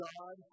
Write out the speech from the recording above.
God